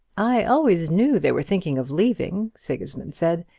i always knew they were thinking of leaving, sigismund said,